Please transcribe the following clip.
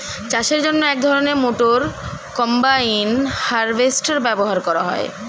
চাষের জন্য এক ধরনের মোটর কম্বাইন হারভেস্টার ব্যবহার করা হয়